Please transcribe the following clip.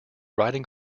writing